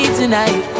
tonight